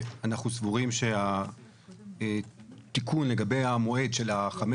אנחנו סבורים שהתיקון לגבי המועד של חמש